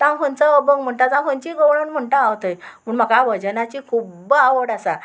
तां खंयचो अभंग म्हणटा जावं खंयची गवळण म्हणटा हांव थंय पूण म्हाका भजनाची खूब्ब आवड आसा